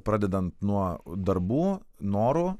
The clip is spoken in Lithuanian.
pradedant nuo darbų norų